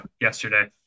yesterday